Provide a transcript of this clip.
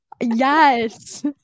yes